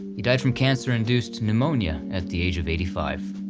he died from cancer induced pneumonia at the age of eighty five.